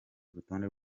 urutonde